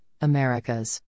Americas